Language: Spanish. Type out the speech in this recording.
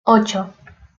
ocho